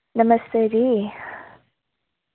नमस्ते जी